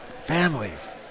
families